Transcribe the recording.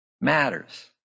matters